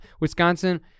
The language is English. Wisconsin